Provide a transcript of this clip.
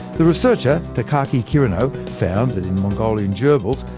the researcher takaaki kirino, found that in mongolian gerbils,